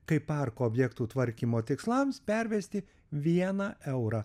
kaip parko objektų tvarkymo tikslams pervesti vieną eurą